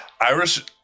Irish